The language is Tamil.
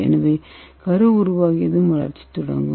எனவே கரு உருவாகியதும் வளர்ச்சி தொடங்கும்